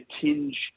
tinge